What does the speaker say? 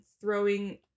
throwing